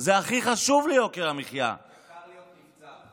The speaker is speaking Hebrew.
זה יקר להיות נבצר.